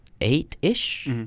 eight-ish